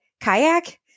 kayak